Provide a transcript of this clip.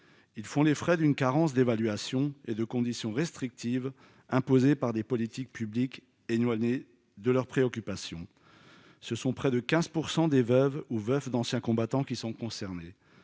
ils font les frais d'une carence d'évaluation et de conditions restrictives imposées par des politiques publiques et nous amener de leur préoccupation, ce sont près de 15 % des veuves ou veufs d'anciens combattants qui sont concernés,